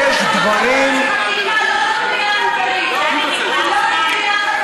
זה לא שיח חברי.